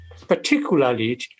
particularly